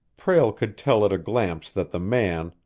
prale could tell at a glance that the man,